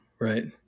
right